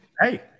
Hey